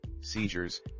seizures